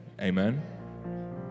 Amen